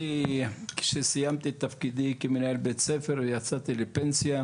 כאשר סיימתי את תפקידי כמנהל בית ספר ויצאתי לפנסיה,